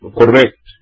correct